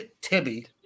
Tibby